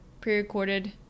pre-recorded